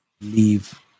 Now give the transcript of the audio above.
leave